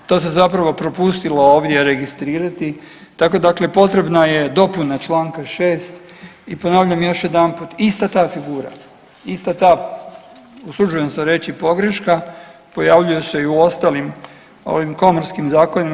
To se zapravo propustilo ovdje registrirati, tako dakle potrebna je dopuna čl. 6. i ponavljam još jedanput, ista ta figura, ista ta usuđujem se reći pogreška, pojavljuje se i u ostalim ovim komorskim zakonima.